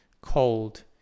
cold